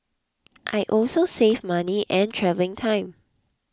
I also save money and travelling time